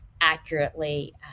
accurately